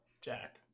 Jack